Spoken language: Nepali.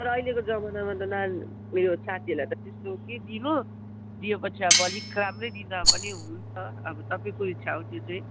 तर अहिलेको जमाना त नानी ऊ यो साथीहरूलाई त त्यस्तो के दिनु दिएपछि अब अलिक राम्रै दिँदा पनि हुन्छ अब तपाईँको इच्छा हो त्यो चाहिँ